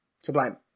Sublime